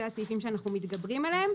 אלה הסעיפים שאנחנו מתגברים עליהם.